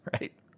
right